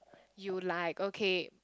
you like okay